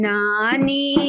Nani